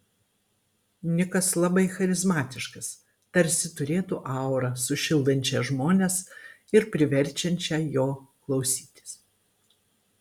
nikas labai charizmatiškas tarsi turėtų aurą sušildančią žmones ir priverčiančią jo klausytis